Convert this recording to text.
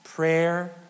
Prayer